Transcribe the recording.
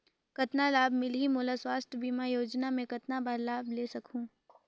कतना लाभ मिलही मोला? स्वास्थ बीमा योजना मे कतना बार लाभ ले सकहूँ?